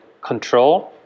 control